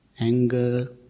anger